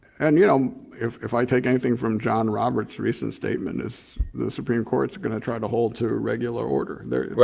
and you know if if i take anything from john roberts recent statement, is the supreme court's gonna try to hold to regular order. right,